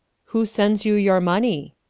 who sends you your money?